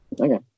Okay